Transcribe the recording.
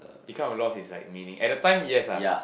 it kind of lost it's like meaning at that time yes ah